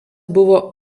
buvo